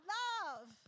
love